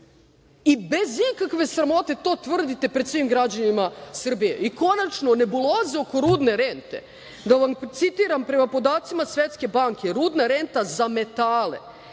i bez ikakve sramote to tvrdite pred svim građanima Srbije. Konačno, nebuloze oko rudne rente. Da vam citiram, prema podacima Svetske banke rudna renta za metale